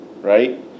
right